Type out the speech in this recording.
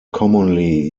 commonly